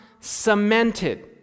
cemented